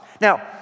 Now